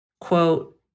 Quote